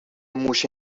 موش